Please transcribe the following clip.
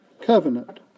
covenant